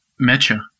Mecha